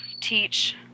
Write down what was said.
teach